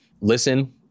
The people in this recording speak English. listen